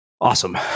Awesome